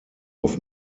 off